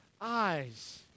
eyes